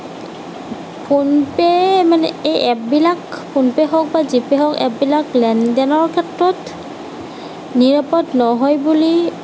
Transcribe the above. PhonePe' মানে এই এপবিলাক ফোনপে' হওঁক বা জিপে' হওঁক এপবিলাক লেনদেনৰ ক্ষেত্ৰত নিৰাপদ নহয় বুলি